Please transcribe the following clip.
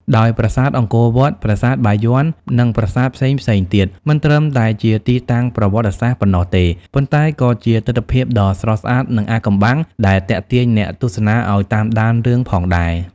ដោយប្រាសាទអង្គរវត្ត ប្រាសាទបាយ័ន និងប្រាសាទផ្សេងៗទៀត មិនត្រឹមតែជាទីតាំងប្រវត្តិសាស្ត្រប៉ុណ្ណោះទេ ប៉ុន្តែក៏ជាទិដ្ឋភាពដ៏ស្រស់ស្អាតនិងអាថ៌កំបាំងដែលទាក់ទាញអ្នកទស្សនាឲ្យតាមដានរឿងផងដែរ។